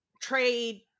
trade